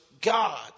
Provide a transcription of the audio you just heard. God